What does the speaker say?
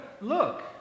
look